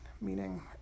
meaning